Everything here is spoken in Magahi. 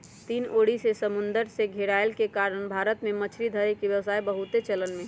तीन ओरी से समुन्दर से घेरायल के कारण भारत में मछरी धरे के व्यवसाय बहुते चलन में हइ